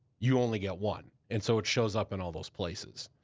you only get one. and so it shows up in all those places,